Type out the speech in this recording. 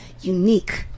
unique